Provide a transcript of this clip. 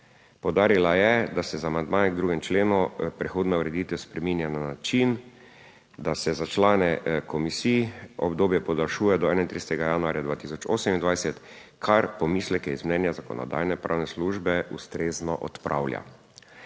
Poudarila je, da se z amandmajem k 2. členu prehodna ureditev spreminja na način, da se za člane komisij obdobje podaljšuje do 31. januarja 2028, kar pomisleke iz mnenja Zakonodajno-pravne službe ustrezno odpravlja.